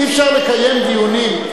אי-אפשר לקיים דיונים,